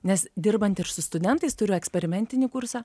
nes dirbant ir su studentais turiu eksperimentinį kursą